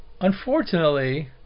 Unfortunately